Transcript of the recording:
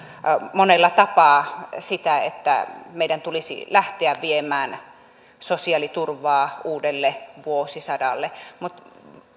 monella tapaa sitä että meidän tulisi lähteä viemään sosiaaliturvaa uudelle vuosisadalle mutta